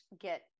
get